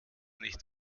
nicht